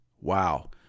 Wow